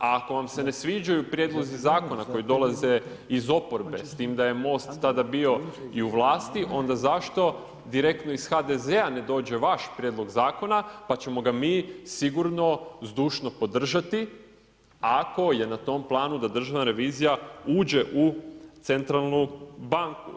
A ako vam se ne sviđaju prijedlozi zakona, koji dolaze iz oporbe, s tim da je Most tada bio i u vlasti, onda zašto direktno iz HDZ-a ne dođe vaš prijedlog zakona, pa ćemo ga mi sigurno zdušno podržati, ako je na tom planu da državna revizija uđe u Centralnu banku.